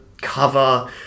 cover